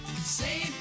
Save